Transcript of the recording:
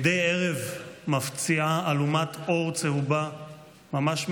מדי ערב מפציעה אלומת אור צהובה ממש מעלינו,